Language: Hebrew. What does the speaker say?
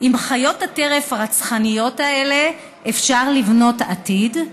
עם חיות הטרף הרצחניות האלה אפשר לבנות עתיד?